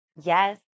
Yes